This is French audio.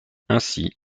ainsi